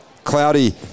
Cloudy